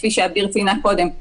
כפי שעביר ציינה קודם,